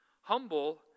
Humble